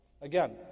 Again